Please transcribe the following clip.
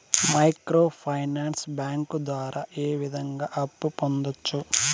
micro finance bank ద్వారా ఏ విధంగా అప్పు పొందొచ్చు